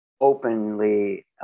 openly